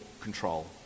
control